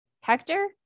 Hector